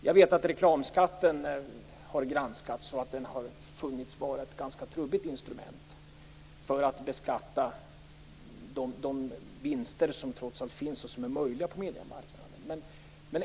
Jag vet att reklamskatten har granskats och befunnits vara ett ganska trubbigt instrument för att beskatta de vinster som trots allt är möjliga och finns på mediemarknaden.